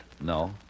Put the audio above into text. No